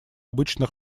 обычно